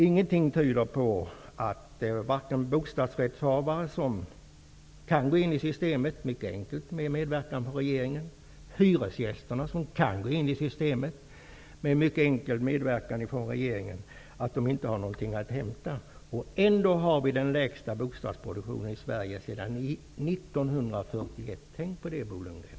Ingenting tyder på att varken bostadsrättshavare eller hyresgäster, som med medverkan av regeringen mycket enkelt kan komma in i systemet, har något att hämta. Ändå har vi den lägsta bostadsproduktionen i Sverige sedan 1941. Tänk på det, Bo Lundgren.